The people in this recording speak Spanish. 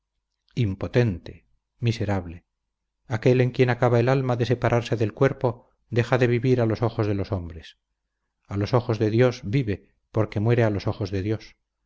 impotente miserable aquél en quien acaba el alma de separarse del cuerpo deja de vivir a los ojos de los hombres a los ojos de dios vive porque muere a los ojos de dios